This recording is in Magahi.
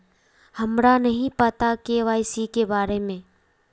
हमरा नहीं पता के.वाई.सी के बारे में?